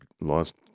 lost